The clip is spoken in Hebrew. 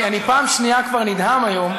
אני פעם שנייה כבר נדהם היום,